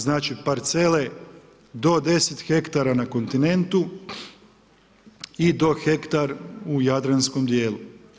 Znači parcele do 10 ha na kontinentu i do hektar u jadranskom dijelu.